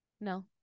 No